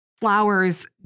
flowers